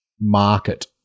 market